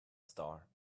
star